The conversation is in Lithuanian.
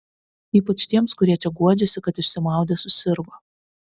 ypač tiems kurie čia guodžiasi kad išsimaudę susirgo